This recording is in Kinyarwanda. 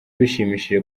bishimishije